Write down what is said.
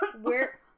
Where-